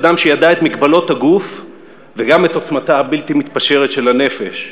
אדם שידע את מגבלות הגוף וגם את עוצמתה הבלתי-מתפשרת של הנפש,